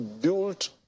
built